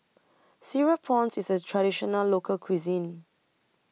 Cereal Prawns IS A Traditional Local Cuisine